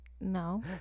No